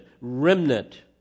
remnant